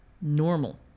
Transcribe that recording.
normal